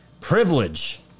privilege